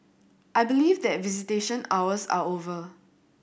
I believe that visitation hours are over